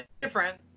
Different